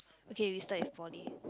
okay we start with poly